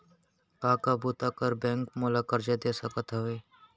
का का बुता बर बैंक मोला करजा दे सकत हवे?